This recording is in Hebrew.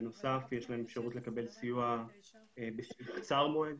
בנוסף יש להם אפשרות לקבל סיוע קצר מועד,